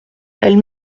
elle